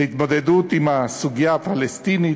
להתמודדות עם הסוגיה הפלסטינית,